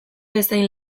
bezain